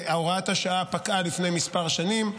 והוראת השעה פקעה לפני כמה שנים.